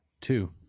Two